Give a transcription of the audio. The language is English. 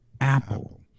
Apple